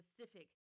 specific